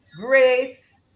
grace